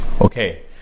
Okay